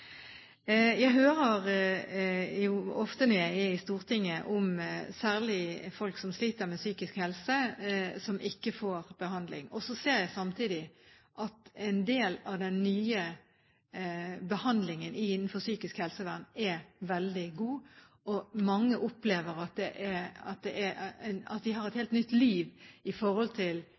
Jeg hører ofte når jeg er i Stortinget, om folk som sliter, særlig med psykisk helse, og som ikke får behandling. Og så ser jeg samtidig at en del av den nye behandlingen innenfor psykisk helsevern er veldig god, og mange opplever at de har et helt nytt liv i forhold til